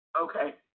Okay